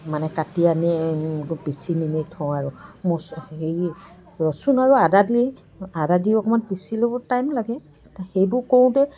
মানে কাটি আনি পিছি মেলি থওঁ আৰু মচু হেৰি ৰচুন আৰু আদা দি আদা দি অকণমান পিছি ল'ব টাইম লাগে সেইবোৰ কৰোঁতে